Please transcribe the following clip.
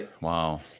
Wow